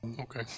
Okay